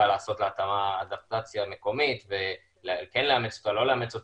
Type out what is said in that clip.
ולעשות לה אדפטציה מקומית וכן או לא לאמץ אותה,